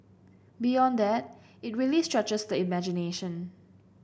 beyond that it really stretches the imagination